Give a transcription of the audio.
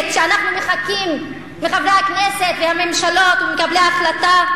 שאנחנו מחכים לה מחברי הכנסת והממשלות ומקבלי ההחלטות?